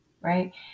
right